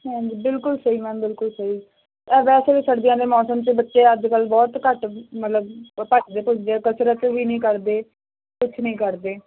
ਹਾਂਜੀ ਬਿਲਕੁਲ ਸਹੀ ਮੈਮ ਬਿਲਕੁਲ ਸਹੀ ਵੈਸੇ ਵੀ ਸਰਦੀਆਂ ਦੇ ਮੌਸਮ 'ਚ ਬੱਚੇ ਅੱਜ ਕੱਲ ਬਹੁਤ ਘੱਟ ਮਤਲਬ ਘੱਟਦੇ ਘੁਟਦੇ ਕਸਰਤ ਵੀ ਨਹੀਂ ਕਰਦੇ ਕੁਛ ਨਹੀਂ ਕਰਦੇ